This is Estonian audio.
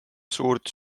suurt